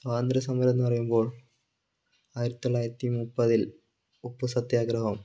സ്വാതന്ത്ര്യസമരം എന്ന് പറയുമ്പോൾ ആയിരത്തി തൊള്ളായിരത്തി മുപ്പതിൽ ഉപ്പ് സത്യാഗ്രഹം